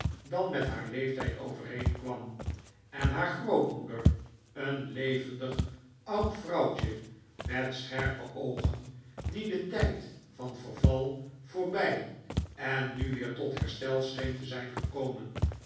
dan met haar leeftijd overeenkwam en haar grootmoede een levendig oud vrouwtje met scherpe oogen die den tijd van verval voorbij en nu weer tot herstel scheen te zijn gekomen